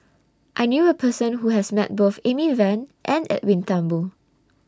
I knew A Person Who has Met Both Amy Van and Edwin Thumboo